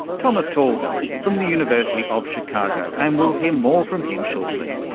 thomas talhelm from the university of chicago, and we'll hear more from him shortly.